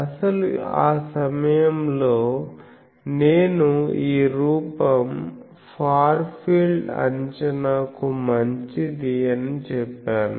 అసలు ఆ సమయంలో నేను ఈ రూపం ఫార్ ఫీల్డ్ అంచనాకు మంచిది అని చెప్పాను